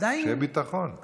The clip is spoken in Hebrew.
שיהיה ביטחון.